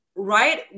Right